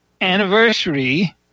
anniversary